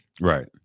right